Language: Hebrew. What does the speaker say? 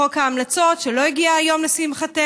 חוק ההמלצות, שלא הגיע היום לשמחתנו,